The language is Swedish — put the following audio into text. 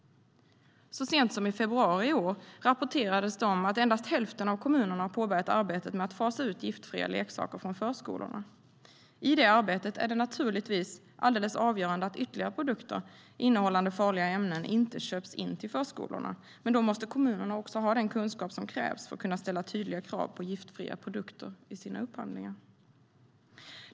Så sent som i februari i år rapporterades det om att endast hälften av kommunerna har påbörjat arbetet med att fasa ut giftiga leksaker från förskolorna. I det arbetet är det naturligtvis alldeles avgörande att ytterligare produkter innehållande farliga ämnen inte köps in till förskolorna. Men då måste kommunerna också ha den kunskap som krävs för att kunna ställa tydliga krav på giftfria produkter i sina upphandlingar.